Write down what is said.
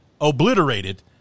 obliterated